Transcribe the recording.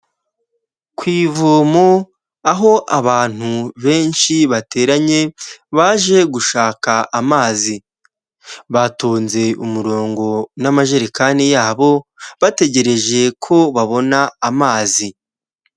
Ku ivomo aho abantu benshi bateranye baje gushaka amazi, batonze umurongo n'amajerekani yabo bategereje ko babona amazi.